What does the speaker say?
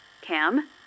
Cam